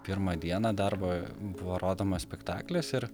pirmą dieną darbo buvo rodomas spektaklis ir